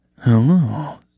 Hello